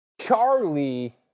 Charlie